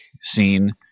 scene